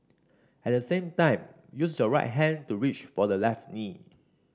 at the same time use your right hand to reach for the left knee